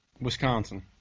Wisconsin